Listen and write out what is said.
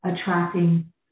attracting